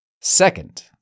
Second